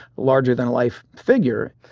larger-than-life figure.